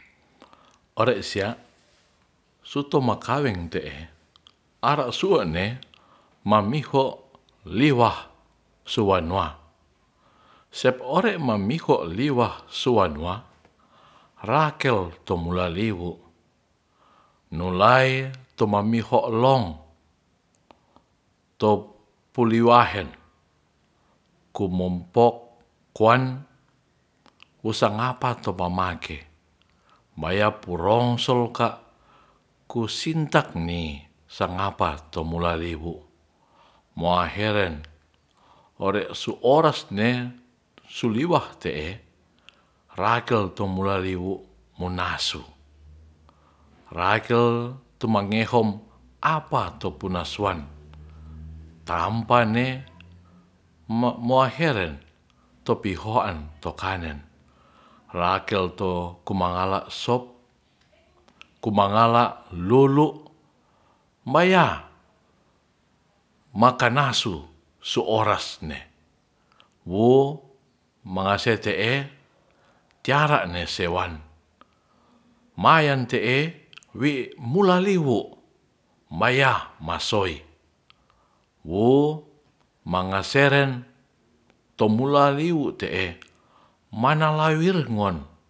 Ore' sia sutu makaweng te'e ara suene mamiho liwah suwanua sep ore' mamiho liwah suwanuarakel tomulaliwo nulai tumamiho long topuliwahen kumompokuan musangapa tu mamake bayapurongsol ka kusintak ni sangapa tomulawewu moaheren ore su ores ne suliwah te'e rakel tumulawewu munasu rakel tumangehom apatu punasoan taampane moaheren topihoan tokanen rekel to kumangala sop kumangala lulu' maya makanasu su orasne wo mangase te'e tiara ne sewan mayante'e wi mulaliwu maya masoi wo mangaseren tomulawiwu te'e manalawiren ngon.